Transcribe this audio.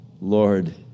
Lord